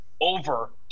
over